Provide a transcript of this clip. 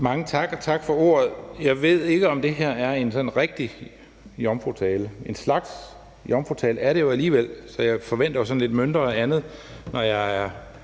Mange tak, og tak for ordet. Jeg ved ikke, om det her er en rigtig jomfrutale, men det er en slags jomfrutale alligevel, så jeg forventer lidt mønter og andet, når jeg er